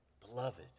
Beloved